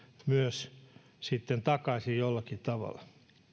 myös takaisin jollakin tavalla